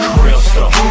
Crystal